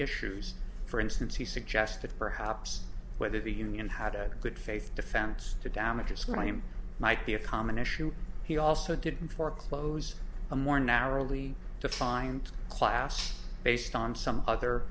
issues for instance he suggested perhaps whether the union had a good faith defense to damages crime might be a common issue he also didn't foreclose a more narrowly defined class based on some other